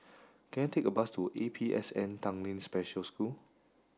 can I take a bus to A P S N Tanglin Special School